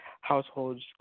households